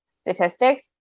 statistics